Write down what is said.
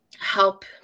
help